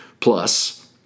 plus